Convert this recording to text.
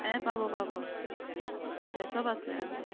এ পাব পাব আছে চব আছে অঁ